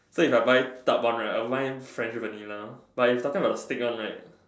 so if I buy tub one right I would buy French Vanilla but if we talking about the stick one right